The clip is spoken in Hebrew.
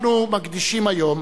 אנחנו מקדישים היום